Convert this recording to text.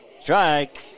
strike